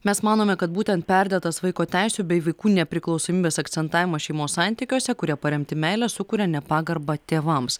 mes manome kad būtent perdėtas vaiko teisių bei vaikų nepriklausomybės akcentavimas šeimos santykiuose kurie paremti meile sukuria nepagarbą tėvams